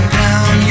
down